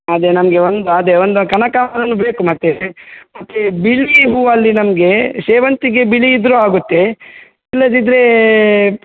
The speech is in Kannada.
ಅದೇ ನಮಗೆ ಒಂದು ಅದೇ ಒಂದು ಕನಕಾಂಬರನು ಬೇಕು ಮತ್ತು ಮತ್ತು ಬಿಳಿ ಹೂವಲ್ಲಿ ನಮ್ಗೆ ಸೇವಂತಿಗೆ ಬಿಳಿ ಇದ್ದರು ಆಗುತ್ತೆ ಇಲ್ಲದಿದ್ರೆ